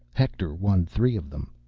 hector won three of them.